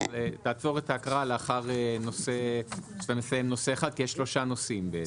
תעצור את ההקראה אחרי שאתה מסיים נושא אחד כי יש שלושה נושאים בעצם.